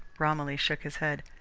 romilly shook his head.